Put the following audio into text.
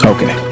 Okay